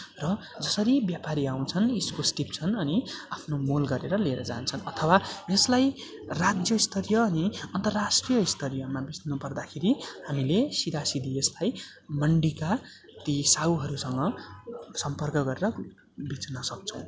र जसरी व्यापारी आउँछन् इस्कुस टिप्छन् अनि आफ्नो मोल गरेर लिएर जान्छन् अथवा यसलाई राज्यस्तरीय अनि अन्तराष्ट्रिय स्तरीयमा बेच्नु पर्दाखेरि हामीले सिधासिधी यसलाई मन्डीका ती साहुहरूसँग सम्पर्क गरेर बेच्न सक्छौँ